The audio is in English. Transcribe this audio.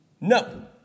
no